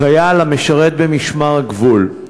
חייל המשרת במשמר הגבול.